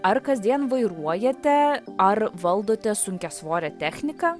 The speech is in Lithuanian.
ar kasdien vairuojate ar valdote sunkiasvorę techniką